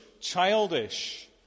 childish